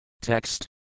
Text